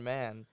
Man